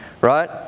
right